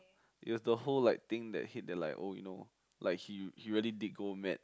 it was the whole like thing that hit that like oh you know like he he really did go mad